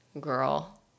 Girl